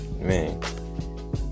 Man